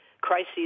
crises